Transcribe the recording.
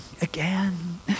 again